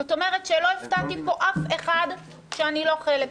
זאת אומרת שלא הפתעתי פה אף אחד שאני לא חלק.